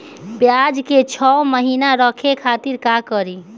प्याज के छह महीना रखे खातिर का करी?